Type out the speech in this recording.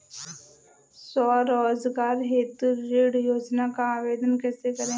स्वरोजगार हेतु ऋण योजना का आवेदन कैसे करें?